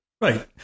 Right